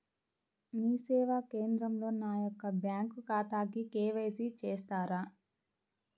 మీ సేవా కేంద్రంలో నా యొక్క బ్యాంకు ఖాతాకి కే.వై.సి చేస్తారా?